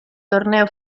torneo